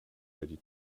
ready